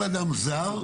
כל אדם זר,